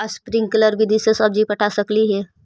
Sprinkle विधि से सब्जी पटा सकली हे?